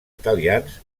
italians